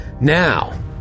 Now